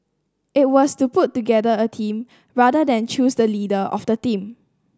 it was to put together a team rather than choose the leader of the team